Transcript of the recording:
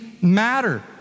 matter